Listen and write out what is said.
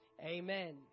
Amen